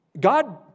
God